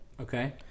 Okay